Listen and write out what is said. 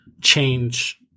change